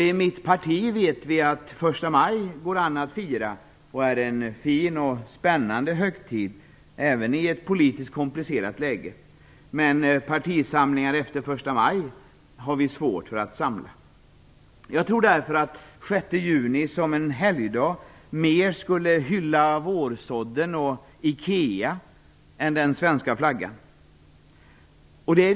I mitt parti vet vi att första maj går an att fira och är en fin och spännande högtid, även i ett politiskt komplicerat läge. Men partisamlingar efter första maj har vi svårt att samla. Jag tror därför att den 6 juni som helgdag mer skulle hylla vårsådden och IKEA än den svenska flaggan.